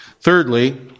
Thirdly